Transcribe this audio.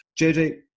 JJ